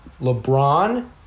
LeBron